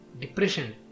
depression